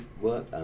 work